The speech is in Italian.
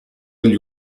agli